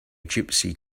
gypsy